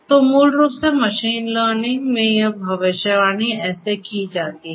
तो मूल रूप से मशीन लर्निंग में यह भविष्यवाणी ऐसे की जाती है